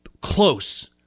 close